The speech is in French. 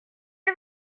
est